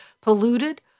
polluted